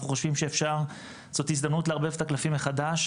אנחנו חושבים שזאת הזדמנות לערבב את הקלפים מחדש